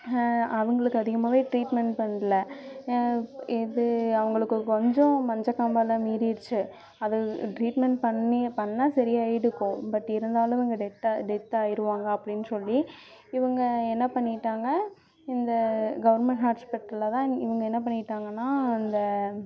அவங்களுக்கு அதிகமாகவே ட்ரீட்மெண்ட் பண்ணல இது அவங்களுக்கு கொஞ்சம் மஞ்சக்காமாலை மீறிடுச்சு அது ட்ரீட்மெண்ட் பண்ணி பண்ணால் சரியாயிருக்கும் பட் இருந்தாலும் அவங்க டெத்தா டெத்தயிடுவாங்க அப்டின்னு சொல்லி இவங்க என்ன பண்ணிவிட்டாங்க இந்த கவர்மெண்ட் ஹாஸ்ப்பிட்டலில் தான் இவங்க என்ன பண்ணிவிட்டாங்கனா இந்த